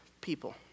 people